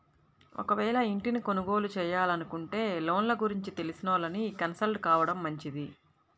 ఒకవేళ ఇంటిని కొనుగోలు చేయాలనుకుంటే లోన్ల గురించి తెలిసినోళ్ళని కన్సల్ట్ కావడం మంచిది